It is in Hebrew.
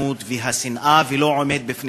גבול לפשעי הגזענות והשנאה, ולא עומד בפניהם,